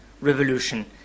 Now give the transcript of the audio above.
revolution